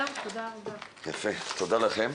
תודה לכם.